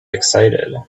excited